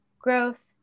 Growth